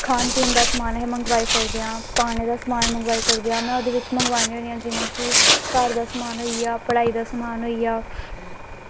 खान पीन दा समान अस मंगवाई सकदे आं पानें दा समान मंगवाई सकदे आं में ओह्दे बिच्च मंगबानी होन्नी आं जि'यां कि घर दा समान होई गेआ पढ़ाई दा समान होई गेआ